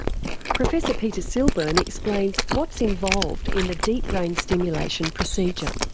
professor peter silburn explains what's involved in the deep brain stimulation procedure.